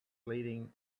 leading